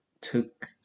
took